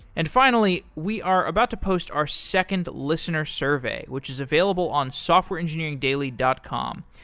and finally, we are about to post our second listener survey, which is available on softwareengineeringdaily dot com.